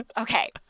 Okay